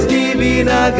divina